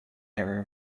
error